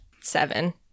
seven